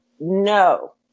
No